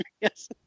Yes